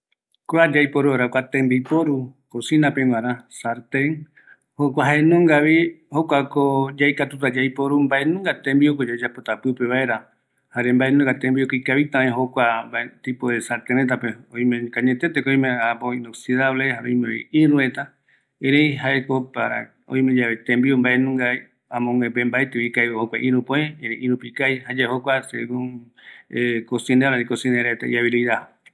Kua tembiporu cocinapegua, sarten jaeko yaikatuta mbae tembiuko yayapota pɨpe, jare öime oyoavɨ reta, jokua oime mbaepeko ikavita tembiu, jokuako tembiu iyapoa reta oikatuta oiporu